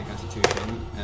constitution